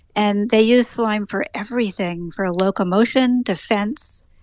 and they use slime for everything for locomotion, defense,